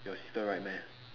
your sister ride meh